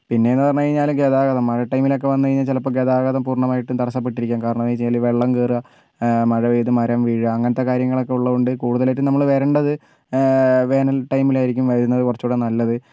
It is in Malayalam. പിന്നേന്ന് പറഞ്ഞു കഴിഞ്ഞാൽ ഗതാഗതം മഴ ടൈമിൽ ഒക്കെ വന്നു കഴിഞ്ഞാൽ ചിലപ്പോൾ ഗതാഗതം പൂർണ്ണമായിട്ടും തടസ്സപ്പെട്ടിരിക്കാം കാരണം എന്ന് വെച്ചാൽ വെള്ളം കയറുക മഴ പെയ്താൽ മരം വീഴാം അങ്ങനത്തെ കാര്യങ്ങളൊക്കേ ഉള്ളതുകൊണ്ട് കൂടുതലായിട്ടും നമ്മൾ വരേണ്ടത് വേനൽ ടൈമിൽ ആയിരിക്കും വരുന്നത് കുറച്ചുടെ നല്ലത്